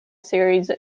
series